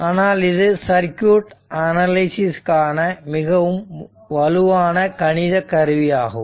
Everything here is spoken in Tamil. ஆனால் இது சர்க்யூட் அனாலிசிஸ் கான மிகவும் வலுவான கணித கருவி ஆகும்